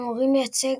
והם אמורים לייצג